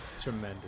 Tremendous